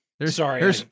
Sorry